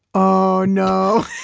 oh, no.